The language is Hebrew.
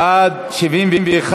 בעד 71,